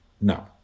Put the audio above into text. No